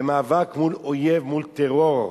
במאבק מול אויב, מול טרור,